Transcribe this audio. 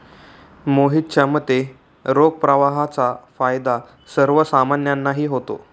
मोहितच्या मते, रोख प्रवाहाचा फायदा सर्वसामान्यांनाही होतो